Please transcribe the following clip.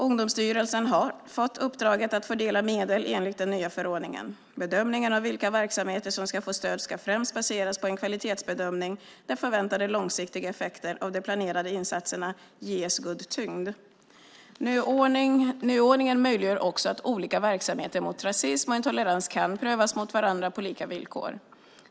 Ungdomsstyrelsen har fått uppdraget att fördela medel enligt den nya förordningen. Bedömningen av vilka verksamheter som ska få stöd ska främst baseras på en kvalitetsbedömning där förväntade långsiktiga effekter av de planerade insatserna ges stor tyngd. Nyordningen möjliggör också att olika verksamheter mot rasism och intolerans kan prövas mot varandra på lika villkor.